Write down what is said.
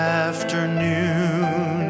afternoon